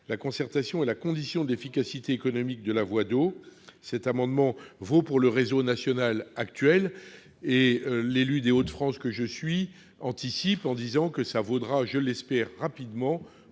La concertation est la condition de l'efficacité économique de la voie d'eau. Cet amendement vaut pour le réseau national actuel. L'élu des Hauts-de-France que je suis anticipe en disant qu'il vaudra, rapidement